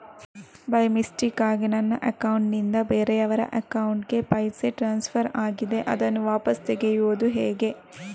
By ಮಿಸ್ಟೇಕಾಗಿ ನನ್ನ account ನಿಂದ ಬೇರೆಯವರ ಅಕೌಂಟ್ ಗೆ ಪೈಸೆ ಟ್ರಾನ್ಸ್ಫರ್ ಆಗಿದೆ ಅದನ್ನು ವಾಪಸ್ ತೆಗೆಯೂದು ಹೇಗೆ?